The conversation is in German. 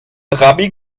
trabi